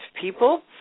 people